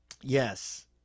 yes